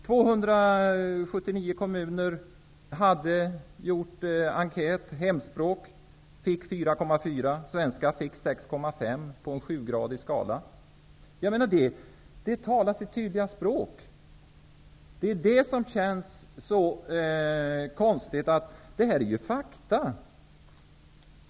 279 4,4 och svenska fick 6,5 på en 7-gradig skala. Det talar sitt tydliga språk. Det här är ju fakta.